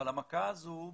אבל המכה הזו,